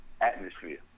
atmosphere